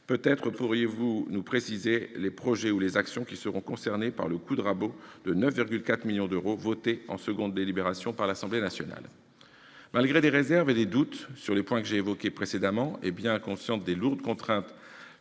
peut-être pourriez-vous nous préciser les projets ou les actions qui seront concernés par le « coup de rabot » de 9,4 millions d'euros voté en seconde délibération par l'Assemblée nationale ? Malgré des réserves et des doutes sur les points que j'ai évoqués précédemment, et bien consciente des lourdes contraintes